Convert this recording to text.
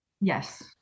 yes